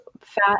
fat